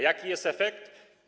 Jaki jest efekt?